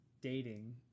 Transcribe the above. dating